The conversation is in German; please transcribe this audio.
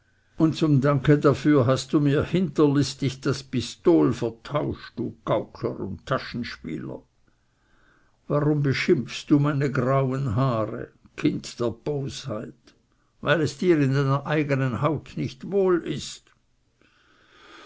danke dafür hast du mir hinterlistig das pistol vertauscht du gaukler und taschenspieler warum beschimpfst du meine grauen haare kind der bosheit weil es dir in deiner eigenen haut nicht wohl ist